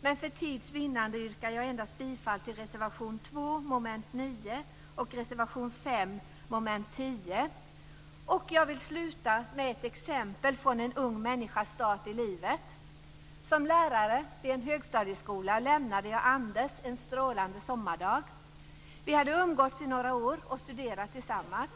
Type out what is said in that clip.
men för tids vinnande yrkar jag bifall endast till reservation 2 under mom. 9 och till reservation 5 under mom. 10. Jag vill sluta med ett exempel från en ung människas start i livet. Som lärare vid en högstadieskola lämnade jag Anders en strålande sommardag. Vi hade umgåtts i några år och studerat tillsammans.